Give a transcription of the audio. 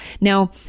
Now